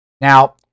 Now